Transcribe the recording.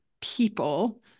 people